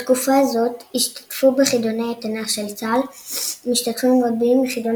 בתקופה זאת השתתפו בחידוני התנ"ך של צה"ל משתתפים רבים מחידון